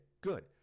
good